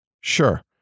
Sure